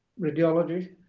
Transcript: radiology,